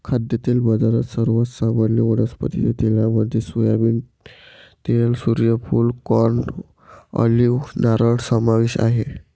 खाद्यतेल बाजारात, सर्वात सामान्य वनस्पती तेलांमध्ये सोयाबीन तेल, सूर्यफूल, कॉर्न, ऑलिव्ह, नारळ समावेश आहे